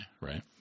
Right